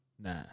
Nah